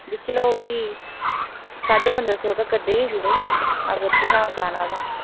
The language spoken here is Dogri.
दिक्खी लैओ फ्ही साढे पंद्राह् सौ तक देई गै छुड़ो अगर तुसें जाना तां